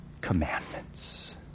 commandments